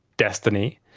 destiny,